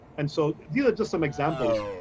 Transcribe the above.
and so, these are just some examples.